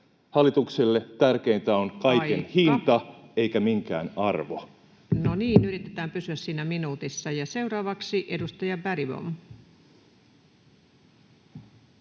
Hallitukselle tärkeintä on kaiken hinta [Puhemies: Aika!] eikä minkään arvo. No niin, yritetään pysyä siinä minuutissa. — Ja seuraavaksi edustaja Bergbom.